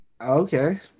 Okay